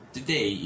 Today